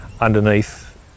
underneath